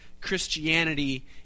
Christianity